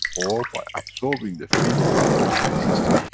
or by absorbing the field environment of the system.